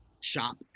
shop